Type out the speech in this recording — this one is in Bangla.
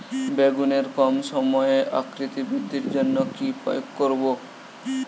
বেগুনের কম সময়ে আকৃতি বৃদ্ধির জন্য কি প্রয়োগ করব?